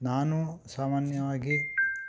ನಾನು ಸಾಮಾನ್ಯವಾಗಿ